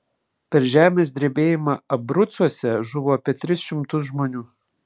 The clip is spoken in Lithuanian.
per žemės drebėjimą abrucuose žuvo apie tris šimtus žmonių